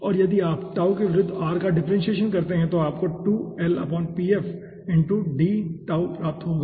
और यदि आप के विरूद्ध r का डिफ्रेंसिएशन करते हैं तो आपको 2l Pf D प्राप्त होगा